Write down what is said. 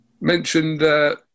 mentioned